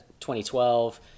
2012